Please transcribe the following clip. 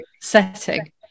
setting